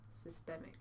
systemic